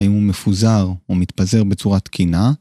האם הוא מפוזר או מתפזר בצורה תקינה?